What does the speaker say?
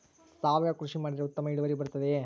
ಸಾವಯುವ ಕೃಷಿ ಮಾಡಿದರೆ ಉತ್ತಮ ಇಳುವರಿ ಬರುತ್ತದೆಯೇ?